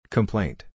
Complaint